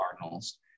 Cardinals